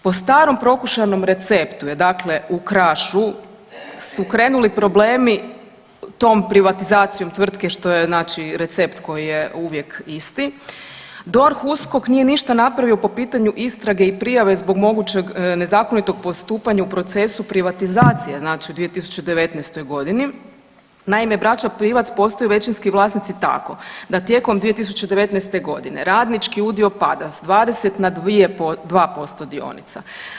Po stalom prokušanom receptu je dakle u Krašu, su krenuli problemi tom privatizacijom tvrtke što je znači, recept koji je uvijek isti, DORH, USKOK nije ništa napravio po pitanju istrage i prijave zbog mogućeg nezakonitog postupanja u procesu privatizacije, znači u 2019. g. Naime, braća Pivac postaju većinski vlasnici tako da tijekom 2019. g. radnički udio pada s 20 na 2% dionica.